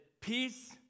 Peace